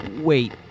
wait